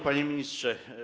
Panie Ministrze!